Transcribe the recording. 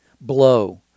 blow